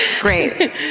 Great